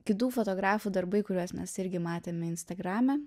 kitų fotografų darbai kuriuos mes irgi matėme instagrame